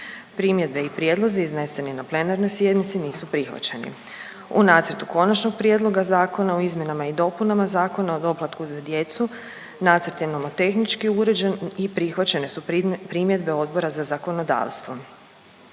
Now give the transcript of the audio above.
Primjedbe i prijedlozi izneseni na plenarnoj sjednici nisu prihvaćeni. U nacrtu Konačnog prijedloga Zakona o izmjenama i dopunama Zakona o doplatku za djecu nacrt je nomotehnički uređen i prihvaćene su primjedbe Odbora za zakonodavstvo.